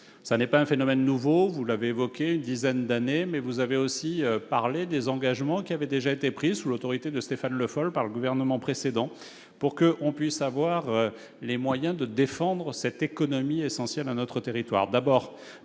Ce n'est pas un phénomène nouveau : vous l'avez souligné, il a commencé voilà une dizaine d'années. Vous avez aussi mentionné les engagements qui avaient déjà été pris, sous l'autorité de Stéphane Le Foll, par le gouvernement précédent pour que l'on puisse avoir les moyens de défendre cette économie essentielle pour notre territoire.